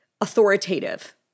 authoritative